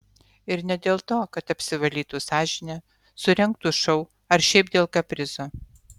ir ne dėl to kad apsivalytų sąžinę surengtų šou ar šiaip dėl kaprizo